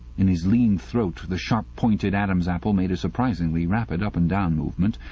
in his lean throat the sharp-pointed adam's apple made a surprisingly rapid up-and-down movement,